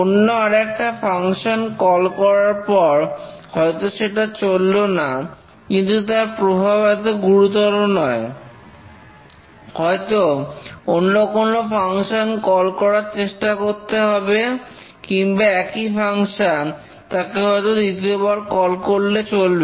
অন্য আর একটা ফাংশন কল করার পর হয়তো সেটা চলল না কিন্তু তার প্রভাব এতো গুরুতর নয় হয়তো অন্য কোন ফাংশন কল করার চেষ্টা করতে হবে কিংবা একই ফাংশন তাকে হয়তো দ্বিতীয়বার কল করলে চলবে